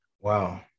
Wow